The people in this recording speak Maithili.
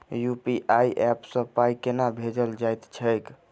यु.पी.आई ऐप सँ पाई केना भेजल जाइत छैक?